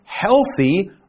healthy